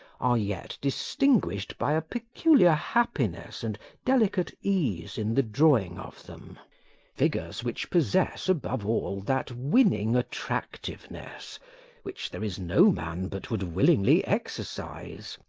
are yet distinguished by a peculiar happiness and delicate ease in the drawing of them figures which possess, above all, that winning attractiveness which there is no man but would willingly exercise,